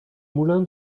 moulin